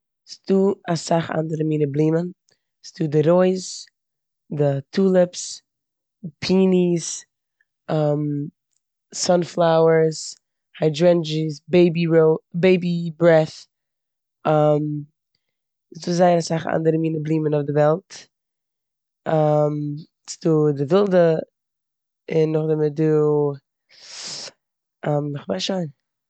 ס'דא אסאך אנדערע מינע בלומען. ס'דא די רויז, די טוליפס, פיניס, סאנפלאווער, היידרענדשיס, בעיבי רוי- בעיבי ברעטה, ס'דא זייער אסאך אנדערע מינע בלומען אויף די וועלט. ס'דא די ווילדע און נאכדעם איז דא כ'מיין שוין.